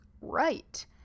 right